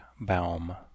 Baum